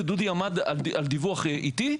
ודודי עמד על דיווח איתי,